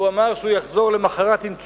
והוא אמר שהוא יחזור למחרת עם תשובה.